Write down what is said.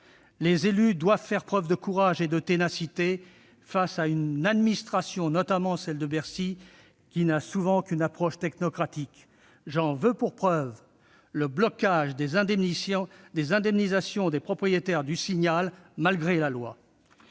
Les élus doivent faire preuve de courage et de ténacité face à une administration, notamment celle de Bercy, qui n'a souvent qu'une approche technocratique. J'en veux pour preuve le blocage des indemnisations des propriétaires du « Signal » malgré la loi